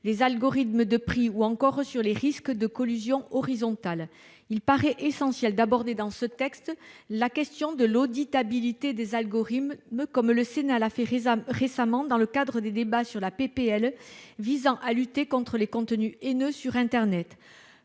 les algorithmes de prix, ou encore sur les risques de collusion horizontale. Il paraît essentiel d'aborder dans ce texte la question de l'auditabilité des algorithmes, comme le Sénat l'a fait récemment dans le cadre des débats sur la proposition de loi visant à lutter contre les contenus haineux sur internet.